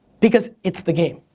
because it's the game.